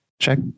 check